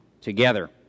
together